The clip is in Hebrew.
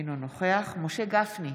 אינו נוכח משה גפני,